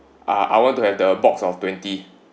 ah I want to have the box of twenty